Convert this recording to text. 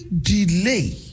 delay